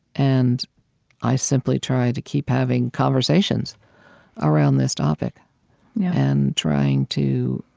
and i simply try to keep having conversations around this topic and trying to